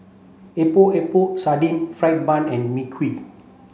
Epok Epok Sardin Fried Bun and Mui Kee